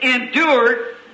endured